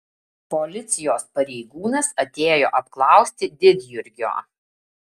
policijos pareigūnas atėjo apklausti didjurgio